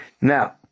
Now